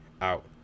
out